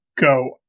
go